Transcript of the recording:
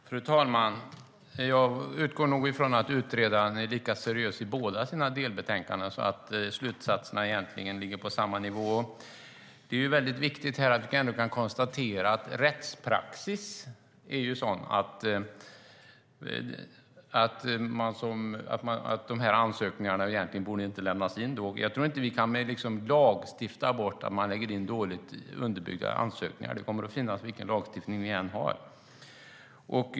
Fru talman! Jag utgår nog ifrån att utredaren är lika seriös i båda sina delbetänkanden och att slutsatserna egentligen ligger på samma nivå. Det är viktigt att vi kan konstatera här att rättspraxis är sådan att ansökningarna egentligen inte borde lämnas in. Jag tror inte att vi kan lagstifta bort att man lämnar in dåligt underbyggda ansökningar. Sådana kommer att finnas vilken lagstiftning vi än har.